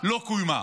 לא קוימה.